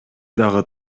дагы